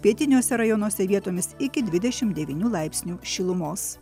pietiniuose rajonuose vietomis iki dvidešim devynių laipsnių šilumos